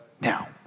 Now